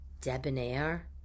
debonair